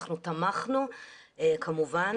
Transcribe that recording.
אנחנו תמכנו כמובן.